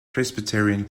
presbyterian